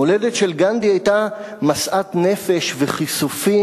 המולדת של גנדי היתה משאת נפש וכיסופים